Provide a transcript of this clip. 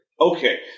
Okay